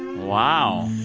wow.